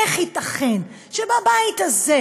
איך ייתכן שבבית הזה,